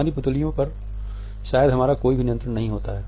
हमारी पुतलियो पर शायद हमारा कभी कोई नियंत्रण नहीं होता है